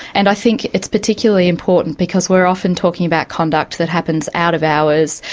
and i think it's particularly important because we're often talking about conduct that happens out of hours.